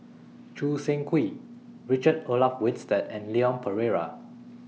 Choo Seng Quee Richard Olaf Winstedt and Leon Perera